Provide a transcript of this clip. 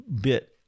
bit